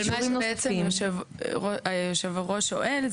מה שבעצם יושב הראש שואל,